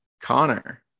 Connor